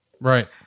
Right